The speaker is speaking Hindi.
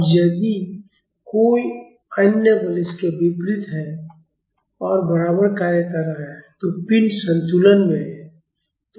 अब यदि कोई अन्य बल इसके विपरीत और बराबर कार्य कर रहा है तो पिंड संतुलन में है